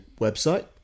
website